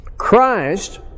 Christ